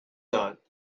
not